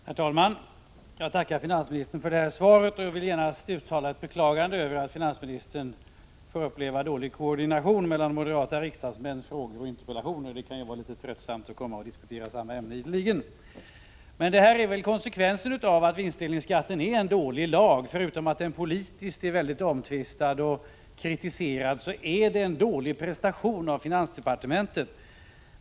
Herr talman! Jag tackar finansministern för svaret. Jag vill gärna uttala ett beklagande av att finansministern fått uppleva dålig koordination mellan moderata riksdagsmäns frågor och interpellationer. Det kan ju vara litet tröttsamt att komma hit och diskutera samma ämne ideligen. Men det är väl konsekvensen av att lagen om vinstdelningsskatt är en dålig lag. Förutom att den politiskt är mycket omtvistad och kritiserad är den en dålig prestation av finansdepartementet.